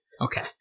Okay